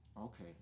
Okay